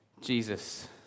Jesus